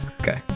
Okay